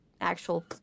actual